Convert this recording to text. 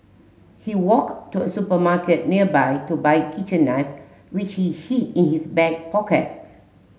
he walked to a supermarket nearby to buy a kitchen knife which he hid in his back pocket